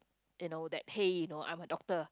you know that hey you know I'm a doctor